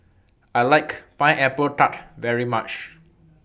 I like Pineapple Tart very much